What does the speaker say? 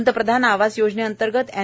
पंतप्रधान आवास योजनेंतर्गत एन